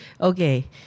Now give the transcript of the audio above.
okay